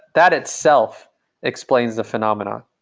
that itself explains the phenomena,